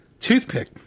toothpick